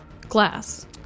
glass